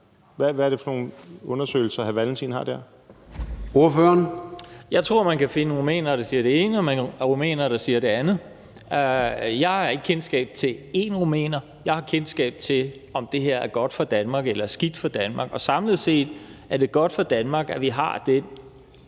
Gade): Ordføreren. Kl. 15:54 Kim Valentin (V): Jeg tror, man kan finde rumænere, der siger det ene, og rumænere, der siger det andet. Jeg har ikke kendskab til én rumæner; jeg har kendskab til, om det her er godt for Danmark eller skidt for Danmark. Og samlet set er det godt for Danmark, at vi har den